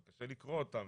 קשה לקרוא אותן,